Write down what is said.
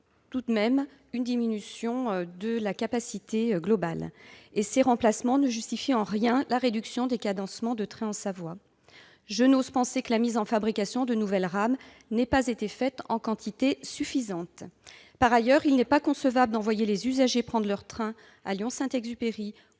matériels, une diminution de la capacité globale. Ce remplacement ne justifie en rien la réduction de cadencement des trains en Savoie. Je n'ose imaginer que la mise en fabrication de nouvelles rames n'ait pas été prévue en quantité suffisante ! Par ailleurs, il n'est pas concevable d'envoyer les usagers prendre leur train à Lyon-Saint-Exupéry